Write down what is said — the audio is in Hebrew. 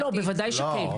בוודאי שכן.